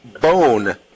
Bone